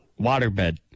Waterbed